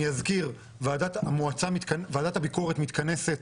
אני אזכיר, ועדת הביקורת מתכנסת